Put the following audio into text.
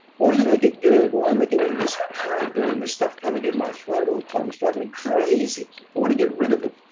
why did i get gerd? why am i getting this heartburn, this stuff coming in my throat all the time? it's driving me crazy. i want to get rid of it.